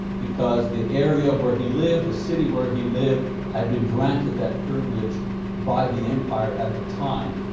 because the area where he lived, the city where he lived had been granted that privilege by the empire at the time,